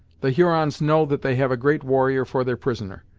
the hurons know that they have a great warrior for their prisoner,